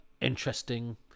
interesting